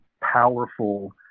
powerful